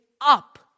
up